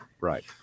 Right